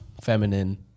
feminine